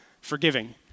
forgiving